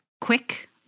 quick